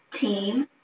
team